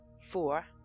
four